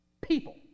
people